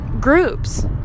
groups